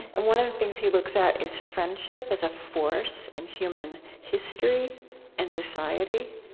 and one of the things he looks at is friendship as a force in human history and society.